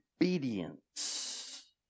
obedience